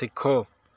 ਸਿੱਖੋ